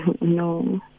No